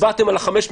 הצבעתם על ה-500